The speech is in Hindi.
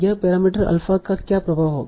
यहाँ पैरामीटर अल्फा का क्या प्रभाव होगा